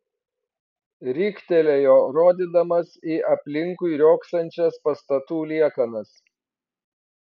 riktelėjo rodydamas į aplinkui riogsančias pastatų liekanas